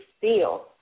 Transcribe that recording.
feel